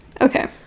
Okay